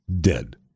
Dead